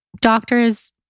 doctors